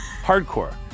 Hardcore